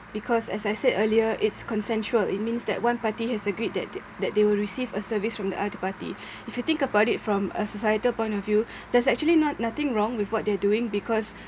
because as I earlier it's consensual it means that one party has agreed that they that they will receive a service from other party if you think about it from uh a societal point of view there's actually no~ nothing wrong with what they doing because